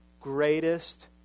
greatest